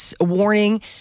warning